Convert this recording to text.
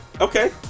okay